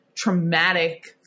traumatic